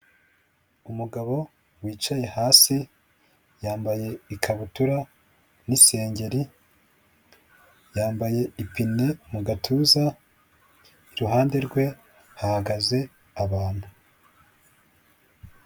Umugabo wicaye hasi yambaye ikabutura n'isengeri, yambaye ipine mu gatuza iruhande rwe hahagaze abantu.